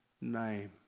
name